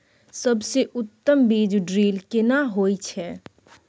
सबसे उत्तम बीज ड्रिल केना होए छै?